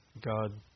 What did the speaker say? God